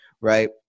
right